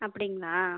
அப்படிங்களா